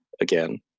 again